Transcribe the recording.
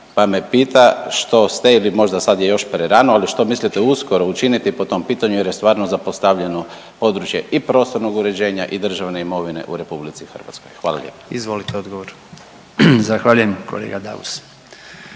pa me pita što ste ili možda sad je još prerano, ali što mislite uskoro učiniti po tom pitanju jer je stvarno zapostavljeno područje i prostornog uređenja i državne imovine u RH? Hvala lijepa. **Jandroković, Gordan